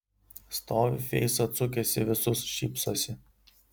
stovi feisą atsukęs į visus šypsosi